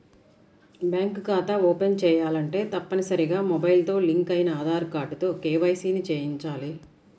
bank ఖాతా open చేయాలంటే తప్పనిసరిగా మొబైల్ తో లింక్ అయిన ఆధార్ కార్డుతో కేవైసీ ని చేయించాలి